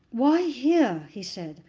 why here? he said,